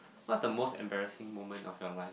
what's the most embarrassing moment of your life